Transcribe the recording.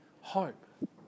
hope